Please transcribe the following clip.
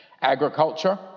Agriculture